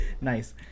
nice